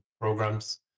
programs